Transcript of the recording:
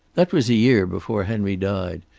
that was a year before henry died,